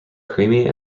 creamy